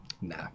Nah